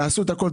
תעשו את הכול,